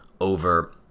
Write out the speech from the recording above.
over